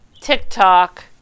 TikTok